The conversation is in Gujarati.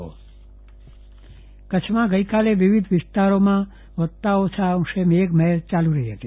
ચંદ્રવદન પટ્ટણી મેઘમહેર કચ્છમાં ગઈકાલે વિવિધ વિસ્તારોમાં વતા ઓછા અંશે મેઘમહેર ચાલુ રહ હતી